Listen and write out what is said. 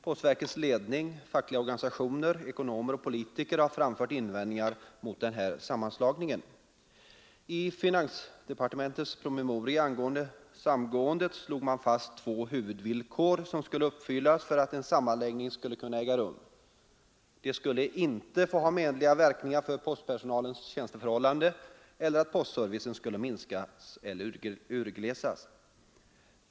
Postverkets ledning, fackliga organisationer, ekonomer och politiker har framfört invändningar mot sammanslagningen. I finansdepartementets promemoria angående samgåendet slog man fast två huvudvillkor som skulle uppfyllas för att en sammanläggning skulle kunna äga rum. Den skulle inte få ha menliga verkningar för postpersonalens tjänsteförhållanden, och postservicen skulle inte minskas eller urglesas.